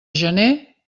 gener